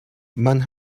man